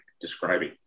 describing